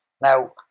Now